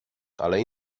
ale